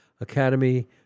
Academy